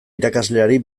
irakasleari